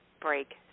break